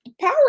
power